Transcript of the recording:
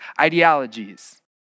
ideologies